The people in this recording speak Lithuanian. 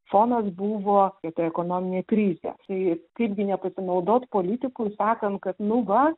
fonas buvo ta ekonominė krizė tai kaipgi nepasinaudot politikui sakant kad nu va